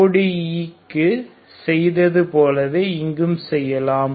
ODE க்கு செய்தது போலவே இங்கும் செய்யலாம்